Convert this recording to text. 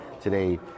today